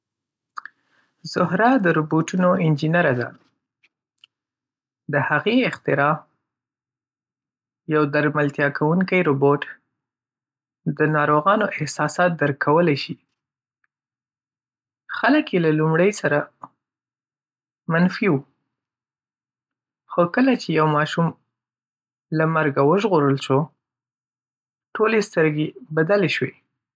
زهره د روبوټونو انجینره ده. د هغې اختراع، یو درملتیاکوونکی روبوټ، د ناروغانو احساسات درک کولای شي. خلک یې له لومړي سره منفي و، خو کله چې یو ماشوم له مرګه وژغورل شو، ټولې سترګې بدل شوې.